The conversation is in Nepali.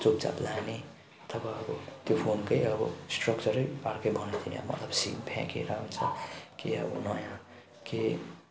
अब चुपचाप लाने तब अब त्यो फोनकै अब स्ट्र्क्चरै अर्कै बनाइदिने अब मतलब सिम फ्याँकेर हुन्छ कि अब नयाँ केही